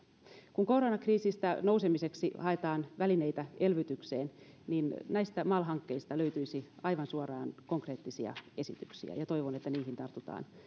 kun koronakriisistä nousemiseksi haetaan välineitä elvytykseen niin näistä mal hankkeista löytyisi aivan suoraan konkreettisia esityksiä ja toivon että niihin tartutaan